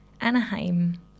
Anaheim